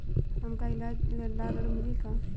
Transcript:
हमका ईलाज ला ऋण मिली का?